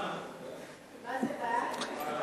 ההצעה להעביר את הנושא לוועדת הכלכלה נתקבלה.